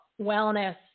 wellness